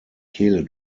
kehle